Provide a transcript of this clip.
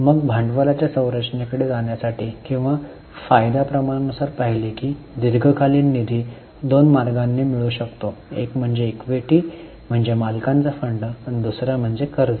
मग भांडवलाच्या संरचनेकडे जाण्यासाठी किंवा फायदा प्रमाणानुसार पाहिले की दीर्घकालीन निधी दोन मार्गांनी मिळू शकतो एक म्हणजे इक्विटी म्हणजे मालकांचा फंड दुसरे म्हणजे कर्ज